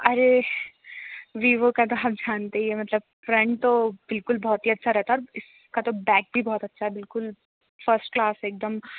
अरे वीवो का तो आप जानते ही हैं मतलब फ़्रंट तो बिल्कुल बहुत ही अच्छा ही रहता इसका तो बैक भी बहुत अच्छा है बिल्कुल फ़र्स्ट क्लास एकदम